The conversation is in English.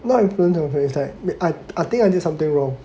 now 回想 was like I I think I did something wrong but it's just like